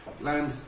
land